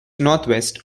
northwest